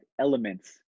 elements